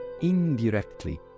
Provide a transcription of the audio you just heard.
indirectly